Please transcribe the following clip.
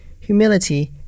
humility